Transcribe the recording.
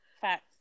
Facts